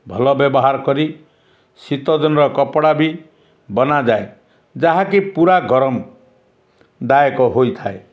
ଭଲ ବ୍ୟବହାର କରି ଶୀତ ଦିନର କପଡ଼ା ବି ବନାଯାଏ ଯାହାକି ପୁରା ଗରମ ଦାୟକ ହୋଇଥାଏ